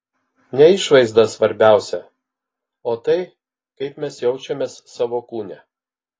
ne išvaizda svarbiausia o tai kaip mes jaučiamės savo kūne